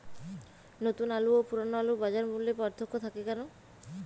নতুন আলু ও পুরনো আলুর বাজার মূল্যে পার্থক্য থাকে কেন?